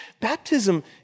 Baptism